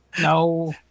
No